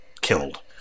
killed